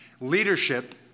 Leadership